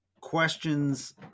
questions